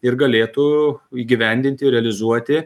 ir galėtų įgyvendinti realizuoti